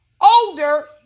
older